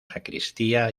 sacristía